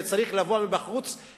זה צריך לבוא מבחוץ,